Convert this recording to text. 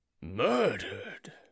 murdered